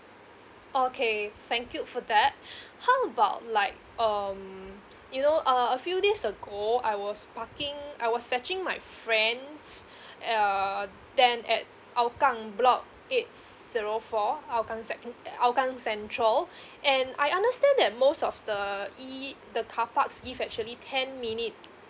okay thank you for that how about like um you know uh a few days ago I was parking I was fetching my friends uh then at hougang block eight zero four hougang hougang central and I understand that most of the E the car parks give actually ten minute